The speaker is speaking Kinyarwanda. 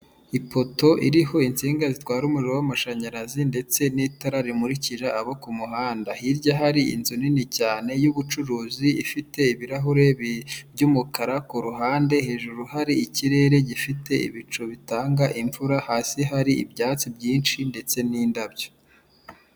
Ipoto iriho insinga zitwara umuriro w'amashanyarazi ndetse n'itara rimurikira abo ku muhanda, hirya hari inzu nini cyane y'ubucuruzi ifite ibirahure by'umukara k'uruhande hejuru hari ikirere gifite ibicu bitanga imvura, hasi hari ibyatsi byinshi ndetse n'indabyo.